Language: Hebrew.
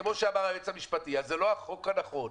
כמו שאמר היועץ המשפטי, זה לא החוק הנכון.